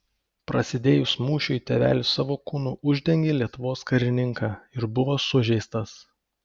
prasidėjus mūšiui tėvelis savo kūnu uždengė lietuvos karininką ir buvo sužeistas